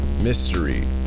Mystery